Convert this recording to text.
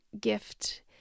gift